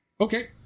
okay